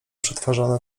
przetwarzane